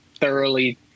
thoroughly